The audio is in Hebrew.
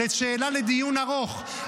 זאת שאלה לדיון ארוך.